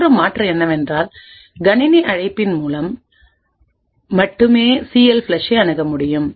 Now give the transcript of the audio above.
மற்றொரு மாற்று என்னவென்றால் கணினி அழைப்பின் மூலம் மட்டுமே சிஎல்ஃப்ளஷ் ஐ அணுக முடியும்